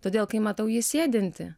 todėl kai matau jį sėdintį